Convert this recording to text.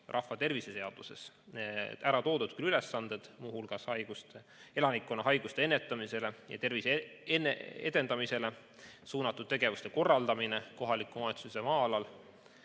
rahvatervise seaduses ära toodud ülesanded, muu hulgas elanikkonna haiguste ennetamisele ja tervise edendamisele suunatud tegevuste korraldamine kohaliku omavalitsuse maa-alal.